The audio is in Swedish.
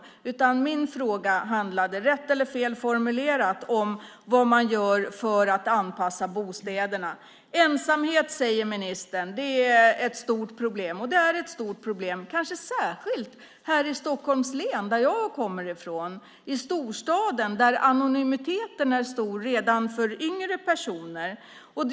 Min fråga handlade om - rätt eller fel formulerad - vad man gör för att anpassa bostäderna. Ministern säger att ensamhet är ett stort problem, och det är ett stort problem, kanske särskilt här i Stockholms län som jag kommer från. I storstaden är anonymiteten stor redan för yngre personer.